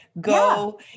Go